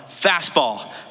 Fastball